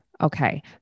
Okay